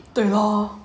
对 lor